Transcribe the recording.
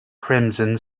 crimson